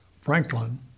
Franklin